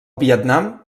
vietnam